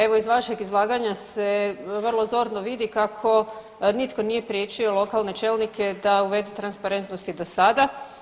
Evo, iz vašeg izlaganja se vrlo zorno vidi kako nitko nije priječio lokalne čelnike da uvede transparentnost i do sada.